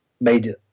made